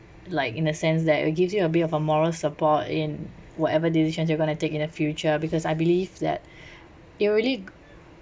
like in a sense that it gives you a bit of a moral support in whatever decisions you're going to take in the future because I believe that it really